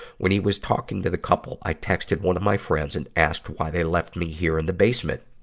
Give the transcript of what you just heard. when he was talking to the couple, i texted one of my friends and asked why they left me here in the basement.